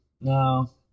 no